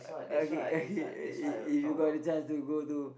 uh okay okay if if you got the chance to go to